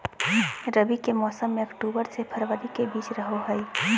रबी के मौसम अक्टूबर से फरवरी के बीच रहो हइ